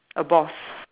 a boss